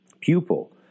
Pupil